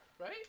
Right